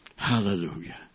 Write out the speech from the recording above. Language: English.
Hallelujah